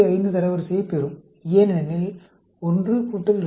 5 தரவரிசையைப் பெறும் ஏனெனில் 1 2